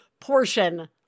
portion